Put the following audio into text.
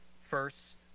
First